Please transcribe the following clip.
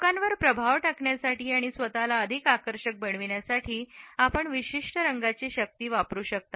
लोकांवर प्रभाव टाकण्यासाठी आणि स्वत ला अधिक आकर्षक बनविण्यासाठी आपण विशिष्ट रंगांची शक्ती वापरू शकता